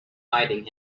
hiding